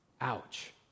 Ouch